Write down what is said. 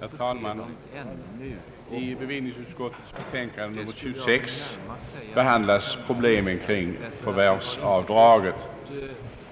Herr talman! I bevillningsutskottets betänkande nr 26 behandlas problemen kring förvärvsavdraget.